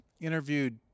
interviewed